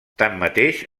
tanmateix